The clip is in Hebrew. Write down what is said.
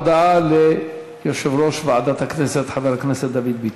הודעה ליושב-ראש ועדת הכנסת חבר הכנסת דוד ביטן.